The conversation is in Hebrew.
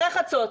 אחרי חצות,